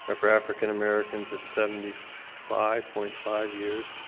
ah for african americans it's seventy five point five years,